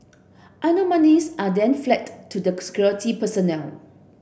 anomalies are then flagged to security personnel